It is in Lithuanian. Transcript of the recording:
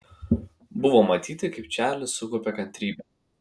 buvo matyti kaip čarlis sukaupia kantrybę